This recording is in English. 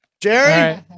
Jerry